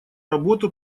работу